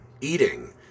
eating